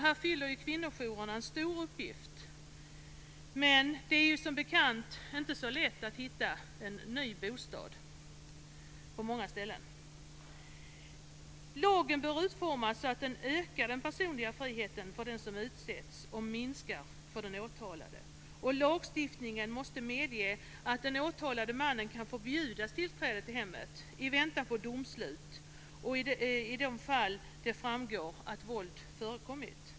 Här fyller kvinnojourerna en stor uppgift. Men det är ju som bekant på många ställen inte så lätt att hitta en ny bostad. Lagen bör utformas så att den ökar den personliga friheten för den som utsätts och minskar för den åtalade. Lagstiftningen måste medge att den åtalade mannen kan förbjudas tillträde till hemmet i väntan på domslut i de fall det framgår att våld har förekommit.